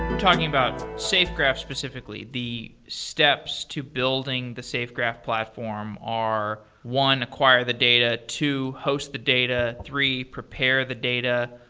talking about safegraph specifically, the steps to building the safegraph platform are one, acquire the data. two, host the data. three, prepare the data.